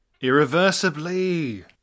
Irreversibly